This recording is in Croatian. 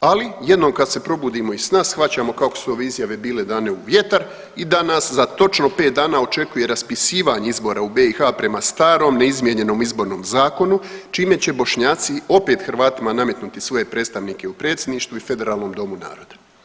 ali jednom kad se probudimo iz sna shvaćamo kako su ove izjave bile dane u vjetar i da nas za točno 5 dana očekuje raspisivanje izbora u BiH prema starom neizmijenjenom Izbornom zakonu čime će Bošnjaci opet Hrvatima nametnuti svoje predstavnike u predsjedništvu i Federalnom domu naroda.